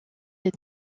des